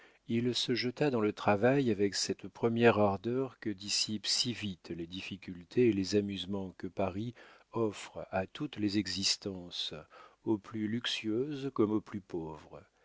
il se jeta dans le travail avec cette première ardeur que dissipent si vite les difficultés et les amusements que paris offre à toutes les existences aux plus luxueuses comme aux plus pauvres